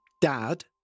dad